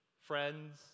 friends